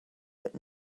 but